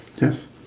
Yes